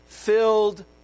Filled